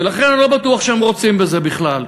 ולכן אני לא בטוח שהם רוצים בזה בכלל.